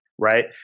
right